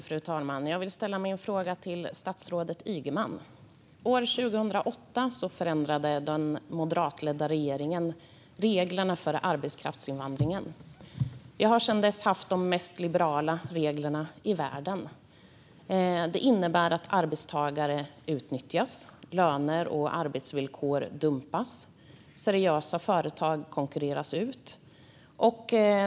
Fru talman! Jag vill ställa min fråga till statsrådet Ygeman. År 2008 förändrade den moderatledda regeringen reglerna för arbetskraftsinvandringen. Sverige har sedan dess haft de mest liberala reglerna i världen. Det innebär att arbetstagare utnyttjas, att löner och arbetsvillkor dumpas och att seriösa företag konkurreras ut.